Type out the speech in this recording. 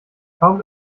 kaum